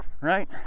right